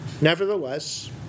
nevertheless